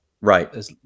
Right